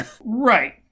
Right